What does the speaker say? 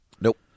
Nope